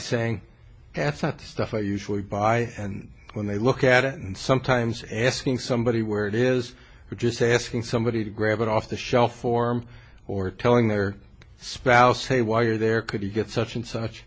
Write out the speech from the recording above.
saying that's not the stuff i usually buy and when they look at it and sometimes asking somebody where it is just asking somebody to grab it off the shelf form or telling their spouse hey why are there could you get such and such